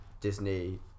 Disney